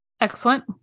Excellent